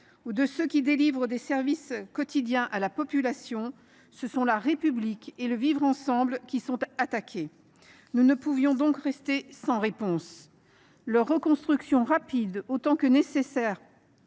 administration délivrant des services quotidiens à la population, ce sont la République et le vivre ensemble qui sont attaqués. Nous ne pouvions donc rester sans réponse. Ainsi, leur reconstruction rapide, autant pour assurer